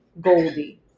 Goldie